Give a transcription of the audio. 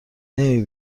نمی